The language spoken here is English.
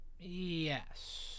Yes